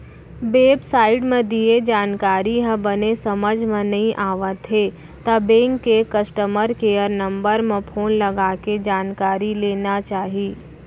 web site म दिये जानकारी ह बने समझ म नइ आवत हे त बेंक के कस्टमर केयर नंबर म फोन लगाके जानकारी ले लेना चाही